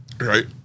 Right